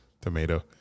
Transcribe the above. Tomato